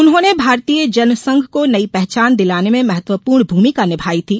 उन्होंने भारतीय जनसंघ को नयी पहचान दिलाने में महत्वपूर्ण भूमिका निभायी थी